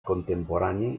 contemporani